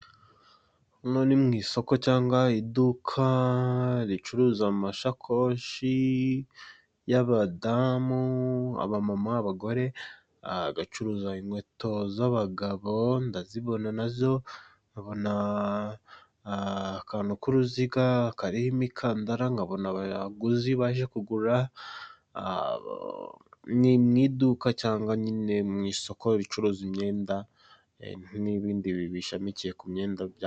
Hano ni mu isoko cyangwa iduka ricuruza amashakoshi y'abadamu, abamama, abagore, agacuruza inkweto z'abagabo ndazibona nazo, nkabona akantu k'uruziga kariho imikandara, nkabona abaguzi baje kugura mu iduka cyangwa nyine mu isoko ricuruza imyenda n'ibindi bishamikiye ku myenda